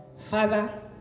Father